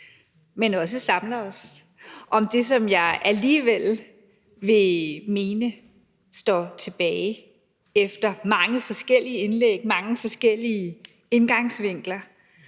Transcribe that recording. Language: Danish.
men også samler os. Jeg vil mene, at det, der alligevel står tilbage efter mange forskellige indlæg og mange forskellige indgangsvinkler,